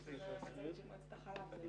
בשעה 12:15. תודה.